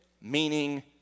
meaning